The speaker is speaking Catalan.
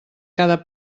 cada